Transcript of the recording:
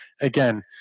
again